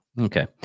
okay